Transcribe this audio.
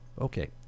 Okay